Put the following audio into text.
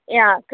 या कृपया